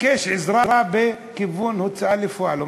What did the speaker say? ביקש עזרה בכיוון הוצאה לפועל.